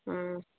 ꯎꯝ